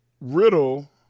Riddle